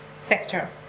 sector